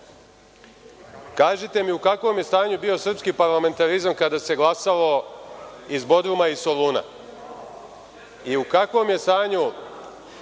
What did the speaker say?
Kažite mi u kakvom je stanju bio srpski parlamentarizam kada se glasalo iz Bodruma i Soluna? U kakvom je stanju,